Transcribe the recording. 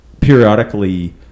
periodically